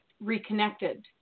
reconnected